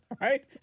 right